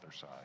side